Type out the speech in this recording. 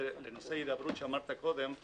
לנושא הידברות שאמרת קודם,